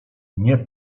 nie